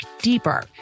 deeper